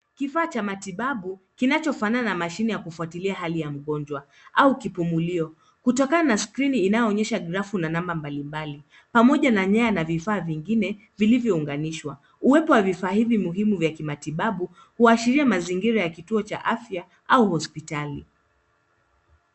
Kifaa cha matibabu kinachofanana na mashine ya kufuatilia hali ya mgonjwa au kipumulio. Kutokana na skrini inayoonyesha grafu na namba mbali mbali pamoja na nyaya na vifaa vingine vilivyo unganishwa. Uweo wa vifaa hivi muhimu ya kumatibabu huashiria mazingira ya kituo cha afya au hospitali.